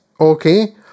okay